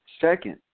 Second